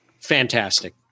fantastic